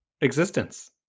existence